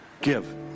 Give